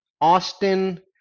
austin